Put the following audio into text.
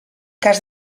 cas